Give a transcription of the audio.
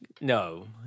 no